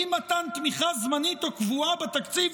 אי-מתן תמיכה זמנית או קבועה בתקציב,